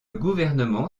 gouvernement